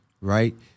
right